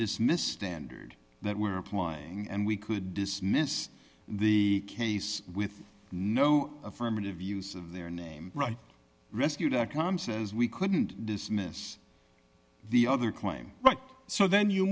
dismiss standard that we're applying and we could dismiss the case with no affirmative use of their name right rescue dot com says we couldn't dismiss the other claim but so then you